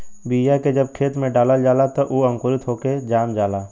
बीया के जब खेत में डालल जाला त उ अंकुरित होके जाम जाला